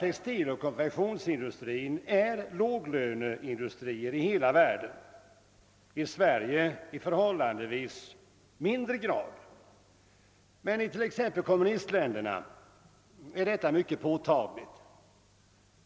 Textiloch konfektionsindustrin är låglöneindustrier i hela världen, i Sverige dock i förhållandevis mindre grad. I t.ex. kommunistländerna är detta mycket påtagligt.